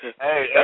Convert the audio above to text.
Hey